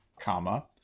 comma